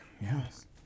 yes